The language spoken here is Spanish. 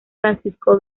francisco